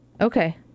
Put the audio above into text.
Okay